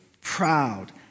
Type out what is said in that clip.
proud